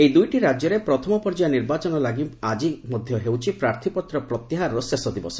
ଏହି ଦୁଇଟି ରାଜ୍ୟରେ ପ୍ରଥମ ପର୍ଯ୍ୟାୟ ନିର୍ବାଚନ ଲାଗି ଆକି ମଧ୍ୟ ହେଉଛି ପ୍ରାର୍ଥିପତ୍ର ପ୍ରତ୍ୟାହାରର ଶେଷ ଦିବସ